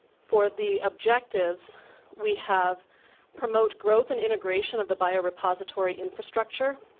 for the objective we have promote growth and integration of the biorepository infrastructure.